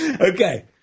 okay